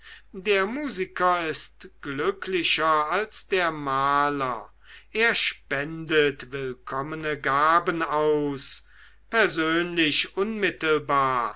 der musiker ist glücklicher als der maler er spendet willkommene gaben aus persönlich